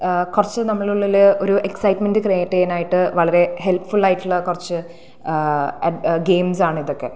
കുറച്ച് നമ്മളുടെ ഉള്ളില് ഒരു ഇക്സൈറ്റ്മൻറ്റ് ക്രിയേട്ട് ചെയ്യാനായിട്ട് വളരെ ഹെല്പ്ഫുൾ ആയിട്ടുള്ള കുറച്ച് ഗെയിംസാണ് ഇതൊക്കെ